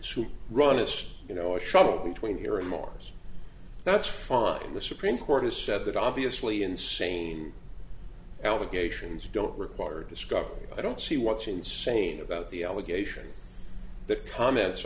who run this you know a shop between here and mars that's following the supreme court has said that obviously insane allegations don't require discovery i don't see what's insane about the allegation that comments